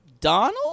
Donald